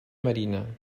marina